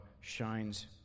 shines